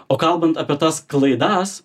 o kalbant apie tas klaidas